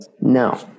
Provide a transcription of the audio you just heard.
No